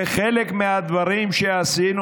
וחלק מהדברים שעשינו,